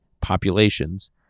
populations